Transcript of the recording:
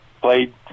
played